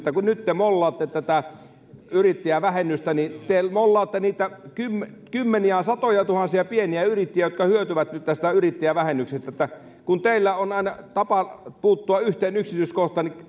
kun nyt te mollaatte tätä yrittäjävähennystä te mollaatte niitä kymmeniä kymmeniä satojatuhansia pieniä yrittäjiä jotka hyötyvät nyt tästä yrittäjävähennyksestä kun teillä on aina tapana puuttua yhteen yksityiskohtaan